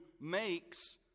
makes